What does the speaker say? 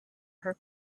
her